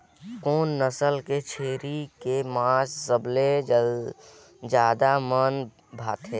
कोन नस्ल के छेरी के मांस सबले ज्यादा मन भाथे?